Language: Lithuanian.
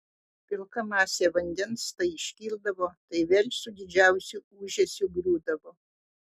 pilka masė vandens tai iškildavo tai vėl su didžiausiu ūžesiu griūdavo